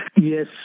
Yes